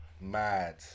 mad